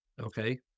Okay